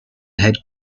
head